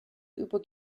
über